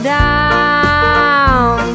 down